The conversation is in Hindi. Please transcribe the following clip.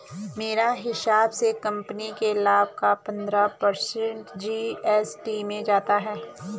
मेरे हिसाब से कंपनी के लाभ का पंद्रह पर्सेंट जी.एस.टी में जाता है